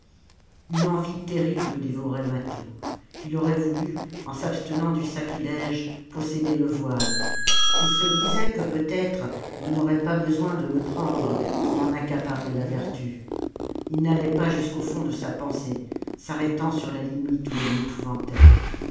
une envie terrible dévorait mâtho ii aurait voulu en s'abstenant du sacrilège posséder le voile ii se disait que peut-être on n'aurait pas besoin de le prendre pour en accaparer la vertu il n'allait pas jusqu'au fond de sa pensée s'arrêtant sur la limite oii elle l'épouvantait